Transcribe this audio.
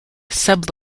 sub